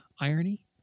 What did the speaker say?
irony